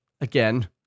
again